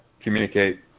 communicate